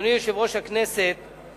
אדוני יושב-ראש הכנסת,